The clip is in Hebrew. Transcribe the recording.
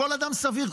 כל אדם סביר,